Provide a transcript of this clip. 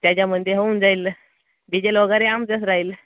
त्याच्यामध्ये होऊन जाईल डिजेल वगैरे आमचंच राहील